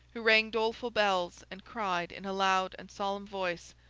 who rang doleful bells and cried in a loud and solemn voice,